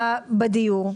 בדיור.